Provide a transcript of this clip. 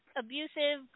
abusive